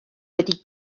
wedi